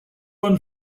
run